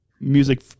music